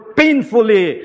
painfully